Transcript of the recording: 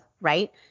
right